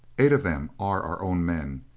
eight of them are our own men!